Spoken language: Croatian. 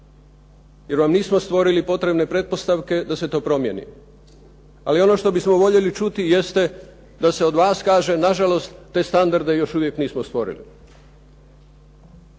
jer vam nismo stvorili pretpostavke da se to promjeni. Ali ono što bismo voljeli čuti jeste da se od vas kaže, nažalost te standarde još uvijek nismo stvorili.